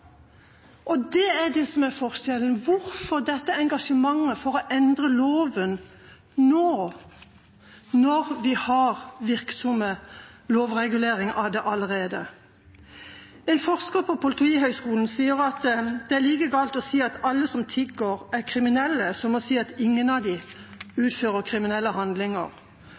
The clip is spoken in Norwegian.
Det er det som er forskjellen – hvorfor dette engasjementet for å endre loven nå, når vi har virksomme lovreguleringer allerede? En forsker på Politihøgskolen sier at det er like galt å si at alle som tigger, er kriminelle som å si at ingen av dem utøver kriminelle handlinger.